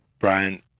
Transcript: Brian